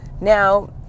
Now